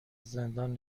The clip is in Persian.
زندان